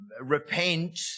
repent